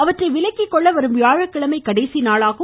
அவற்றை விலக்கிக்கொள்ள வரும் வியாழக்கிழமை கடைசி நாளாகும்